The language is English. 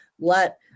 let